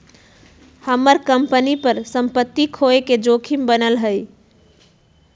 हम्मर कंपनी पर सम्पत्ति खोये के जोखिम बनल हई